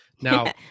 Now